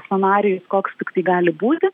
scenarijus koks tik tai gali būti